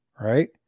right